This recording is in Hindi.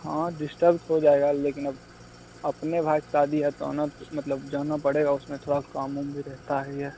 हाँ डिस्टर्ब तो हो जाएगा लेकिन अब अपने भाई की शादी है तो आना उस मतलब जाना पड़ेगा उसमें थोड़ा काम उम भी रहता ही है